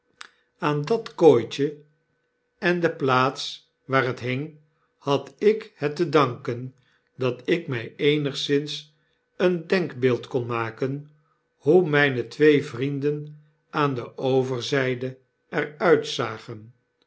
aan dat kooitje en de plaats waar het hing had ik het te danken dat ik mij eenigszins een denkbeeld kon maken hoe mne twee vrienden aan de overzpe er uitzagen